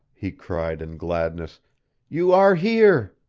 he cried, in gladness you are here!